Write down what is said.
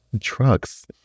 trucks